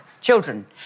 children